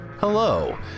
Hello